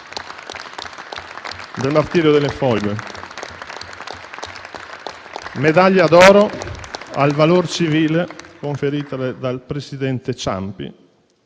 medaglia d'oro al valor civile conferita dal presidente Ciampi